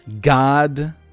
God